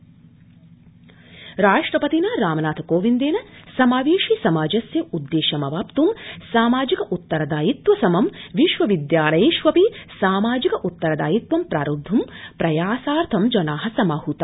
राष्टपति राष्ट्रपतिना रामनाथ कोविन्देन समावेशि समाजस्य उद्देश्यावाप्तु सामाजिक उत्तरदायित्व सम विश्वविद्यालयेष्वपि सामाजिक उत्तरदायित्वं प्रारब्धुं प्रयासार्थं जना समाहूता